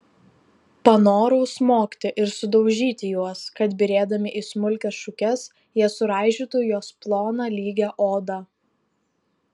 panorau smogti ir sudaužyti juos kad byrėdami į smulkias šukes jie suraižytų jos ploną lygią odą